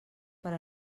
per